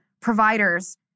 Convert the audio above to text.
providers